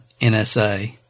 NSA